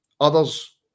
Others